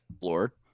floor